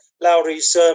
Lowry's